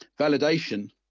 validation